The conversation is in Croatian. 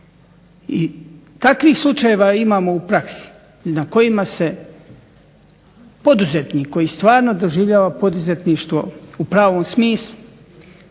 I takvih slučajeva imamo u praksi na kojima se poduzetnik koji stvarno doživljava poduzetništvo u pravom smislu